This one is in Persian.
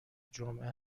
جمعه